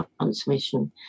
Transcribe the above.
transmission